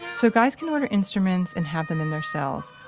so guys can order instruments and have them in their cells.